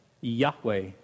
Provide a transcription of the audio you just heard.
Yahweh